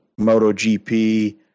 MotoGP